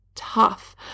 Tough